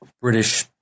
British